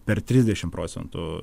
per trisdešimt procentų